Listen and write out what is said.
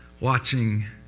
Watching